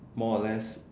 more or less